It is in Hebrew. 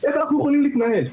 איך אנחנו יכולים להתנהל?